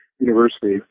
University